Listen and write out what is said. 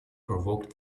provoked